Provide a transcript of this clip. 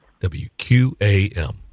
WQAM